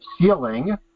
ceiling